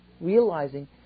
Realizing